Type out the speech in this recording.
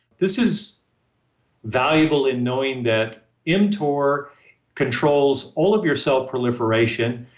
this is valuable in knowing that mtor controls all of your cell proliferation.